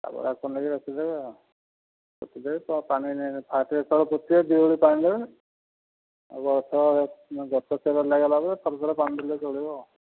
ଆଉ ଆକୁ ନେଇକି ରଖିଦେବେ ଆଉ ପୋତି ଦେବେ ତ ପାଣି ଫାଷ୍ଟ୍ ଯେତେବେଳେ ପୋତିବେ ଦିଓଳି ପାଣି ଦେବେ ଆଉ ଗଛ ନା ଗଛ ସବୁ ଚେର ଲାଗିଗଲା ପରେ ସବୁବେଳେ ପାଣି ଦେଲେ ଚଳିବ